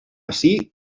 ací